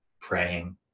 praying